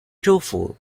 州府